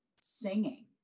singing